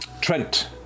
Trent